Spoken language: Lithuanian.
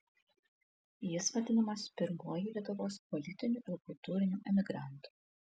jis vadinamas pirmuoju lietuvos politiniu ir kultūriniu emigrantu